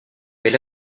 mais